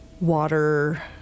water